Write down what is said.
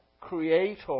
creator